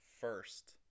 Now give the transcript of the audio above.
first